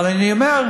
אבל אני אומר,